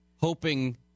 hoping